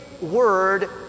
word